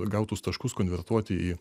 gautus taškus konvertuoti į